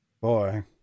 Boy